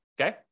okay